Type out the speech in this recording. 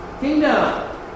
Kingdom